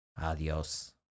Adiós